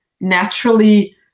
naturally